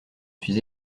suis